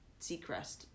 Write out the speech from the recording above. seacrest